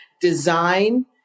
design